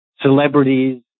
celebrities